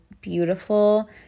beautiful